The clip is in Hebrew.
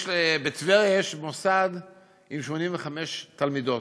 בטבריה יש מוסד עם 85 תלמידות,